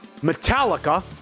metallica